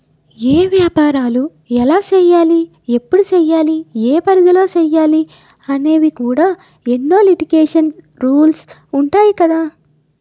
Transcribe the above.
ఏపారాలు ఎలా సెయ్యాలి? ఎప్పుడు సెయ్యాలి? ఏ పరిధిలో సెయ్యాలి అనేవి కూడా ఎన్నో లిటికేషన్స్, రూల్సు ఉంటాయి కదా